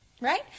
Right